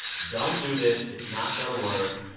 don't do this. it's not going to work.